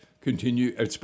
continue